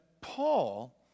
Paul